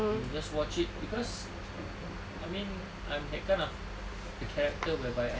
you just watch it cause I mean I'm that kind of a character whereby I need